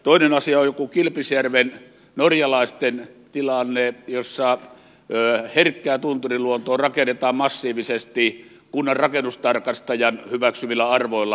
toinen asia on kilpisjärven norjalaisten tilanne jossa herkkään tunturiluontoon rakennetaan massiivisesti kunnan rakennustarkastajan hyväksymillä arvoilla